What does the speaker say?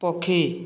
ପକ୍ଷୀ